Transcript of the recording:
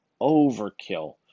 overkill